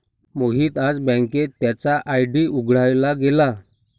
मोहित आज बँकेत त्याचा आर.डी उघडायला गेला